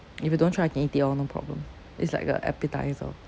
if you don't try I can eat it all no problem it's like a appetiser